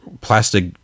plastic